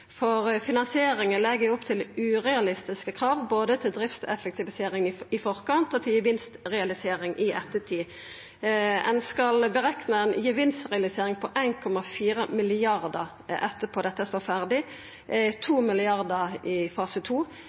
For finansieringa legg opp til urealistiske krav både til driftseffektivisering i forkant og til gevinstrealisering i ettertid. Ein skal berekna ei gevinstrealisering på 1,4 mrd. kr etter at dette står ferdig, 2 mrd. kr i fase